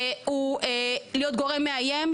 להיות גורם מאיים,